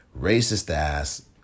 racist-ass